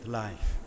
life